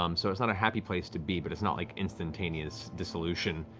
um so it's not a happy place to be, but it's not like instantaneous dissolution.